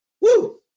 Woo